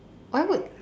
why would